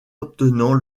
obtenant